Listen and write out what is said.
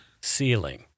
ceiling